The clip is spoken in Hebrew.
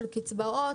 של קצבאות,